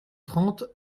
trente